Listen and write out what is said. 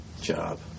job